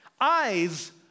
Eyes